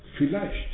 vielleicht